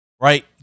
right